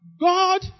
God